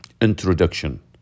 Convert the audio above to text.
Introduction